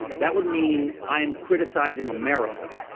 that would mean i am criticizing america,